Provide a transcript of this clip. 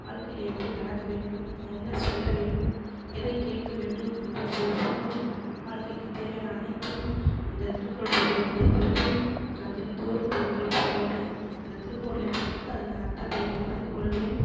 வாழ்க்கையில் எப்படி நடக்க வேண்டும் என்ன சொல்ல வேண்டும் எதைக் கேட்க வேண்டும் என்று ஒவ்வொன்றும் வாழ்க்கைக்குத் தேவையான அனைத்தும் அந்தத் திருக்குறள் புத்தகத்தில் இருக்கிறது நான் தினந்தோறும் திருக்குறள் புத்தகத்தை அந்தத் திருக்குறளைப் படித்து அதன் அர்த்தத்தையும் தெரிந்துக் கொள்வேன்